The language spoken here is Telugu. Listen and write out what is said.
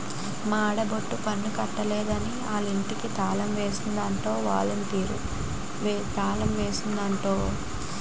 మా ఆడబొట్టి పన్ను కట్టలేదని ఆలింటికి తాలమేసిందట ఒలంటీరు తాలమేసిందట ఓ